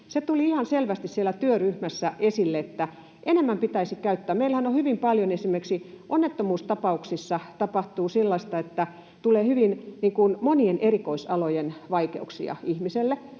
Se tuli ihan selvästi siellä työryhmässä esille, että enemmän pitäisi käyttää. Meillähän hyvin paljon esimerkiksi onnettomuustapauksissa tapahtuu sellaista, että tulee hyvin monien erikoisalojen vaikeuksia ihmiselle,